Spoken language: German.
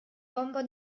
bomber